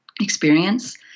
experience